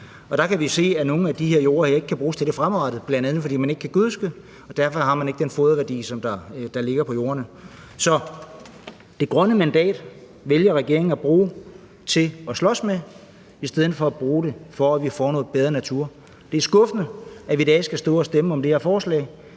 vi kan se, at nogle af de her jorde ikke kan bruges til det fremadrettet, bl.a. fordi man ikke kan gødske, og derfor har man ikke den foderværdi, som der ligger på jordene. Så det grønne mandat vælger regeringen at bruge til at slås med i stedet for at bruge det til at få noget bedre natur. Det er skuffende, at vi i dag skal stå og stemme om det her forslag.